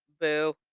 Boo